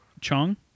Chong